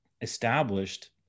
established